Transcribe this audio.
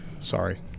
Sorry